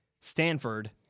Stanford